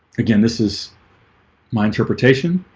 again this is my interpretation.